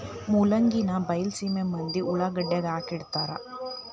ಮೂಲಂಗಿನಾ ಬೈಲಸೇಮಿ ಮಂದಿ ಉಳಾಗಡ್ಯಾಗ ಅಕ್ಡಿಹಾಕತಾರ